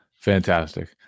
Fantastic